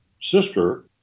sister